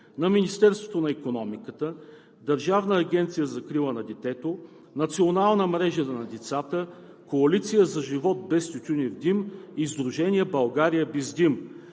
от Министерството на икономиката, Държавната агенция за закрила на детето, Националната мрежа на децата, Коалицията за живот без тютюнев дим и Сдружението „България без дим“.